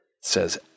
says